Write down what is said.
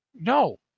No